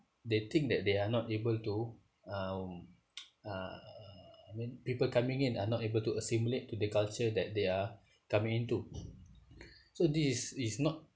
they they think that they are not able to um uh I mean people coming in are not able to assimilate to the culture that they are coming into so this is is not